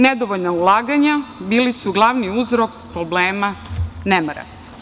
Nedovoljna ulaganja bili su glavni uzrok problema, nemara.